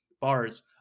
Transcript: bars